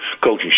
coaching